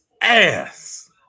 ass